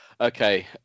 Okay